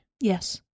Yes